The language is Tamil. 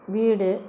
வீடு